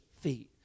feet